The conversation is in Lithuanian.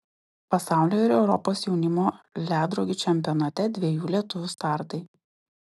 pasaulio ir europos jaunimo ledrogių čempionate dviejų lietuvių startai